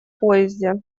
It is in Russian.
поезде